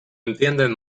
entienden